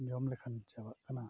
ᱡᱚᱢ ᱞᱮᱠᱷᱟᱱ ᱪᱟᱵᱟᱜ ᱠᱟᱱᱟ